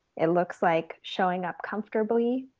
it looks like showing up comfortably.